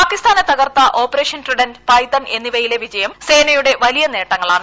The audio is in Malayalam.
പാകിസ്ഥാനെ തകർത്ത ഓപ്പറേഷൻ ട്രിഡന്റ് പൈതൺ എന്നിവയിലെ വിജയം സേനയുടെ വലിയ നേട്ടങ്ങളാണ്